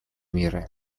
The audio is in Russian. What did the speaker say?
меры